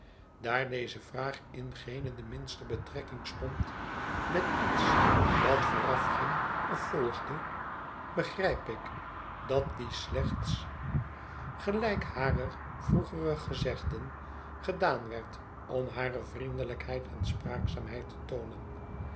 daar deze vraag in geene de minste betrekking stond met iets dat voorafging of volgde begrijp ik dat die slechts gelijk hare van canterbury of iemand anders en